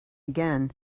again